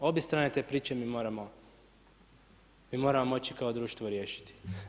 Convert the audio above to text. Obje strane te priče mi moramo moći kao društvo riješiti.